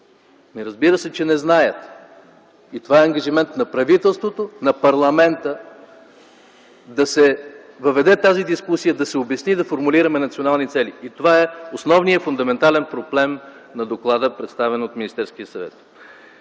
Разбира се, че не знае. Това е ангажимент на правителството, на парламента да се въведе тази дискусия, да се обясни и да формулираме основни цели. Това е основният и фундаментален проблем на доклада, представен от Министерския съвет.